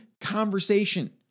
conversation